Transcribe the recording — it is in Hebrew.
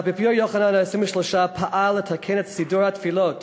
האפיפיור יוחנן ה-23 פעל לתקן את סידור התפילות